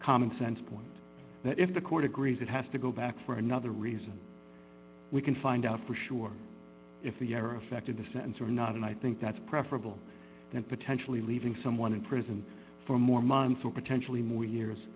common sense point that if the court agrees it has to go back for another reason we can find out for sure if the error affected the sentence or not and i think that's preferable than potentially leaving someone in prison for more months or potentially more years